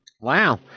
Wow